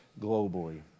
globally